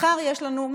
מחר יש לנו,